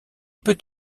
peut